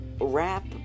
rap